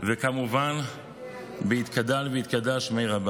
וכמובן ב"יתגדל ויתקדש שמיה רבא".